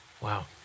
Wow